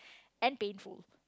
and painful